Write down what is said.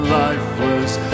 lifeless